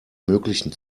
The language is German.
möglichen